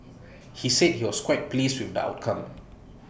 he said he was quite pleased with the outcome